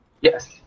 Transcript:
Yes